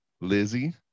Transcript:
Lizzie